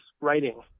writing